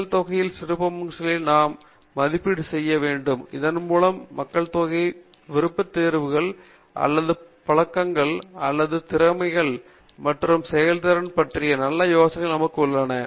மக்கள் தொகையின் சிறப்பம்சங்களை நாம் மதிப்பீடு செய்ய வேண்டும் இதன்மூலம் மக்கள்தொகை விருப்பத்தேர்வுகள் அல்லது பழக்கங்கள் அல்லது திறமைகள் மற்றும் செயல்திறனைப் பற்றிய நல்ல யோசனை நமக்கு உள்ளது